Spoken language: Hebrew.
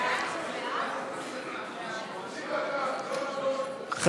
התשע"ו 2016,